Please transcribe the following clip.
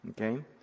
Okay